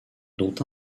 dont